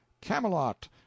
Camelot